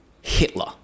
Hitler